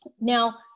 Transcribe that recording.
Now